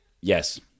Yes